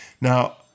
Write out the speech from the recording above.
Now